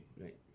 Right